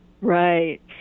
Right